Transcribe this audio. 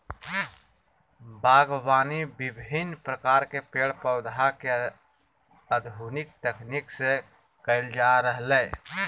बागवानी विविन्न प्रकार के पेड़ पौधा के आधुनिक तकनीक से कैल जा रहलै